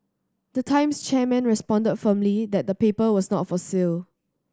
the Times chairman responded firmly that the paper was not for sale